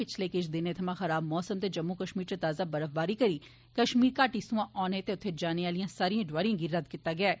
पिच्छले किश दिनें थवां खराब मौसम ते जम्मू कश्मीर च ताजा बर्फबारी करी कश्मीर घाटी सोयां औने ते उत्थे जाने आली सारी डोआरियें गी रद्द कीता गेया ऐ